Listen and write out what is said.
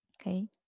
okay